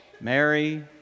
Mary